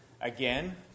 again